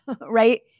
right